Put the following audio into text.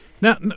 Now